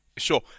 Sure